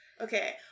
Okay